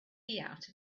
out